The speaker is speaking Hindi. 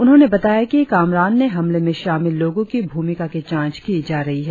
उन्होंने बताया कि कामरान ने हमले में शामिल लोगों की भूमिका की जांच की जा रही है